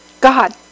God